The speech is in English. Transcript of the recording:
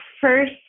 first